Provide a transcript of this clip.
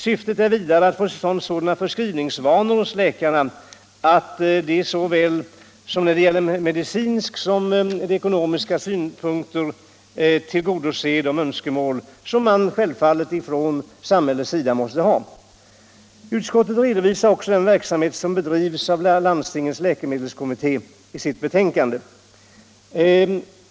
Syftet är vidare att få till stånd sådana förskrivningsvanor hos läkarna att såväl medicinska som ekonomiska synpunkter — som samhället självfallet måste ha — tillgodoses. Utskottet redovisar också i sitt betänkande den verksamhet som bedrivs av landstingens läkemedelskommittéer.